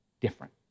different